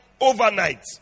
overnight